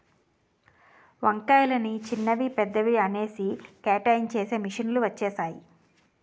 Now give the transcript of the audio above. వంకాయలని చిన్నవి పెద్దవి అనేసి కేటాయించేసి మిషన్ లు వచ్చేసాయి